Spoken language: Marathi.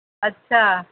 अच्छा